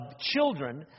children